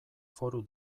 foru